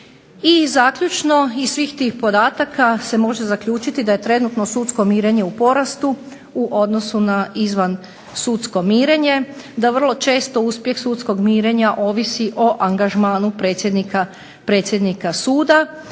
I zaključno, iz svih tih podataka se može zaključiti da je trenutno sudsko mirenje u porastu u odnosu na izvan sudsko mirenje, da vrlo često uspjeh sudskog mirenja ovisi o angažmanu predsjednika suda,